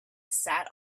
sat